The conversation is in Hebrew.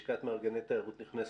לשכת מארגני תיירות נכנסת.